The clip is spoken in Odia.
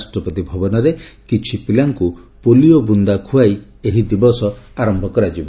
ରାଷ୍ଟ୍ରପତି ଭବନରେ କିଛି ପିଲାଙ୍କୁ ପୋଲିଓ ବୁନ୍ଦା ଖୁଆଇ ଏହି ଦିବସ ଆରମ୍ଭ କରାଯିବ